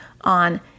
on